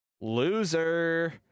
Loser